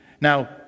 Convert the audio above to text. now